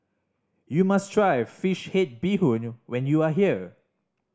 you must try fish head bee hoon when you are here